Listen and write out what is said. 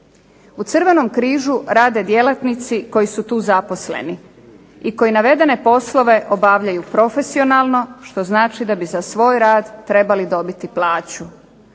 U Crvenom križu rade djelatnici koji su tu zaposleni i koji navedene poslove obavljaju profesionalno što znači da bi za svoj rad trebali dobiti plaću.